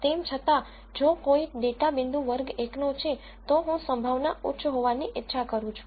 તેમ છતાં જો કોઈ ડેટા પોઇન્ટ વર્ગ 1 નો છે તો હું સંભાવના ઉચ્ચ હોવાની ઇચ્છા કરું છું